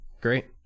Great